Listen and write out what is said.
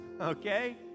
Okay